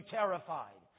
terrified